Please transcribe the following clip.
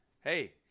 hey